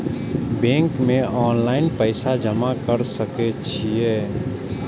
Bank में online पैसा जमा कर सके छीये?